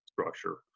structure